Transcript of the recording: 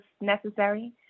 necessary